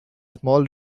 small